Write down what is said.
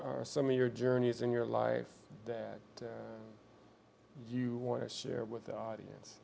are some of your journeys in your life that you want to share with the audience